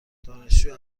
دانشجو